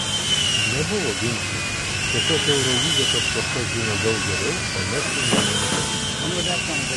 nebuvo ginčų tiesiog eurolyga tas kortas žino daug geriau o mes jų nuomone pasitikime